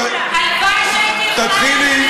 הלוואי שהייתי יכולה,